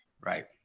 right